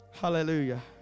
Hallelujah